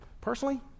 personally